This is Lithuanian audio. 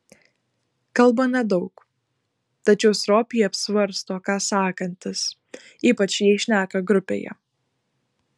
kalba nedaug tačiau stropiai apsvarsto ką sakantis ypač jei šneka grupėje